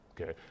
Okay